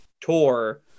tour